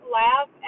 laugh